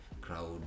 crowd